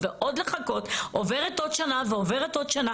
ואני שואלת,